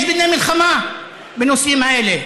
יש ביניהם מלחמה בנושאים האלה.